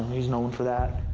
he's known for that.